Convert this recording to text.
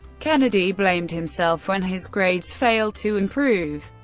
kennedy blamed himself when his grades failed to improve.